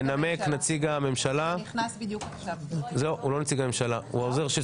הבקשה היא להצמיד את החוק הזה לחוק של